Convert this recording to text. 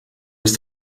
ist